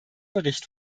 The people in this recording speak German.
bericht